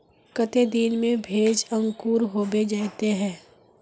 केते दिन में भेज अंकूर होबे जयते है?